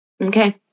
okay